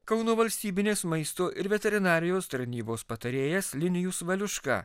kauno valstybinės maisto ir veterinarijos tarnybos patarėjas linijus valiuška